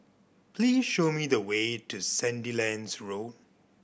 please show me the way to Sandilands Road